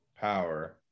power